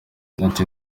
ati